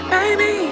Baby